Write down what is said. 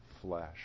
flesh